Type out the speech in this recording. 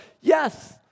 yes